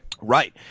Right